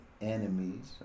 enemies